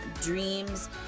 dreams